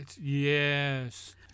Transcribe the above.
Yes